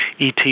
ET